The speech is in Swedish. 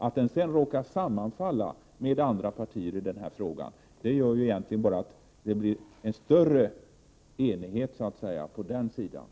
Att den sedan råkar sammanfalla med andra partiers i denna fråga gör egentligen bara att det blir större enighet på den punkten.